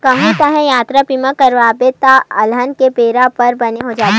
कहूँ तेंहा यातरा बीमा करवाबे त अलहन के बेरा बर बने हो जाथे